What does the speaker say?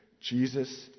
Jesus